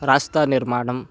रास्तानिर्माणं